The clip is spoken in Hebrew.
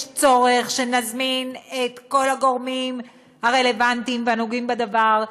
יש צורך שנזמין את כל הגורמים הרלוונטיים והנוגעים בדבר,